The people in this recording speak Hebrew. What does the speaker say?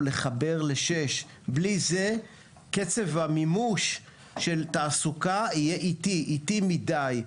לחבר לכביש 6. בלי זה קצב המימוש של תעסוקה יהיה איטי מדי.